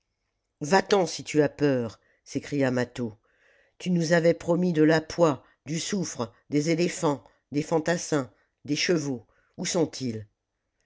va-t'en si tu as peur s'écria mâtho tu nous avais promis de la poix du soufre des éléphants des fantassins des chevaux oii sont-ils